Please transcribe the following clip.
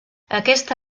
aquesta